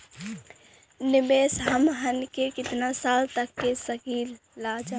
निवेश हमहन के कितना साल तक के सकीलाजा?